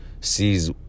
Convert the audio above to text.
sees